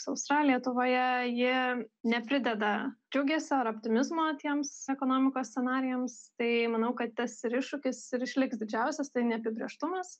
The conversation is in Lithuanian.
sausra lietuvoje ji neprideda džiugesio ar optimizmo tiems ekonomikos scenarijams tai manau kad tas ir iššūkis ir išliks didžiausias neapibrėžtumas